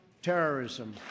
terrorism